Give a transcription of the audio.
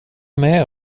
med